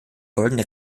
goldene